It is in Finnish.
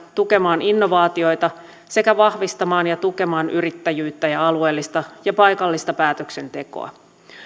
tukemaan innovaatioita sekä vahvistamaan ja tukemaan yrittäjyyttä ja alueellista ja paikallista päätöksentekoa